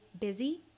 busy